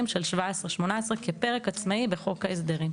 של 2017 ו-2018 כפרק עצמאי בחוק ההסדרים.